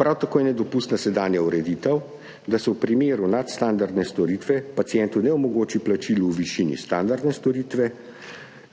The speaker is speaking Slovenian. Prav tako je nedopustna sedanja ureditev, da se v primeru nadstandardne storitve pacientu ne omogoči plačila v višini standardne storitve,